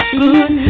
good